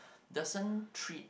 doesn't treat